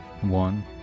One